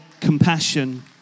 compassion